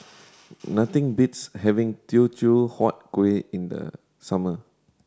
nothing beats having Teochew Huat Kuih in the summer